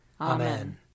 Amen